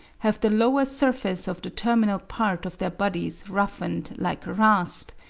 have the lower surface of the terminal part of their bodies roughened like a rasp,